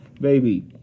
baby